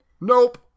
nope